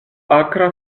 akra